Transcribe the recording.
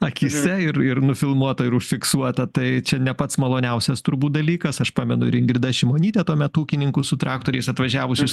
akyse ir ir nufilmuota ir užfiksuota tai čia ne pats maloniausias turbūt dalykas aš pamenu ir ingrida šimonytė tuo metu ūkininkus su traktoriais atvažiavusius